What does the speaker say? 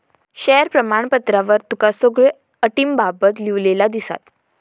share प्रमाणपत्रावर तुका सगळ्यो अटींबाबत लिव्हलेला दिसात